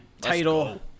title